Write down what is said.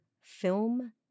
film